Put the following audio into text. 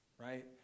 right